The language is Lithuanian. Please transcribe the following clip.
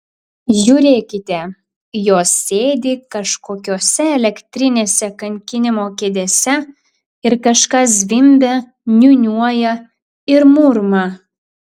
žiūrėkite jos sėdi kažkokiose elektrinėse kankinimo kėdėse ir kažką zvimbia niūniuoja ir murma